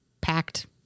packed